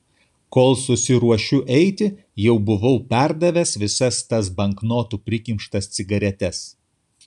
kol susiruošiu eiti jau buvau perdavęs visas tas banknotų prikimštas cigaretes